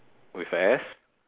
with a S